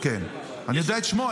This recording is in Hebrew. אני יודע את שמו.